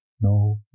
no